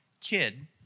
kid